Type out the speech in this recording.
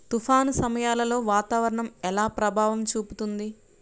తుఫాను సమయాలలో వాతావరణం ఎలా ప్రభావం చూపుతుంది?